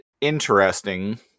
interesting